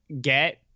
get